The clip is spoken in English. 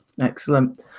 excellent